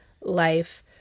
life